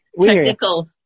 technical